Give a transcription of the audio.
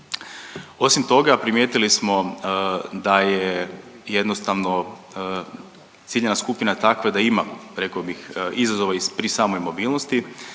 Osim toga, primijetili smo da je jednostavno ciljana skupina takva da ima, rekao bih, izazova i pri samoj mobilnosti